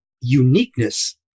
uniqueness